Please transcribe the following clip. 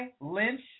Lynch